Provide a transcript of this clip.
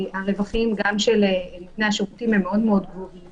כי הרווחים גם של נותני השירותים הם מאוד מאוד גבוהים